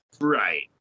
Right